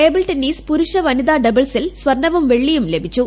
table tennis പുരുഷ വനിതാ ഡബിൾസിൽ സ്വർണ്ണവും വെള്ളിയും ലഭിച്ചു